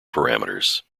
parameters